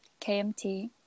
KMT